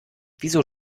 wieso